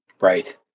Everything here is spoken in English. Right